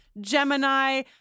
Gemini